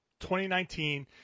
2019